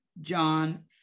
John